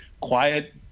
quiet